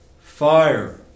fire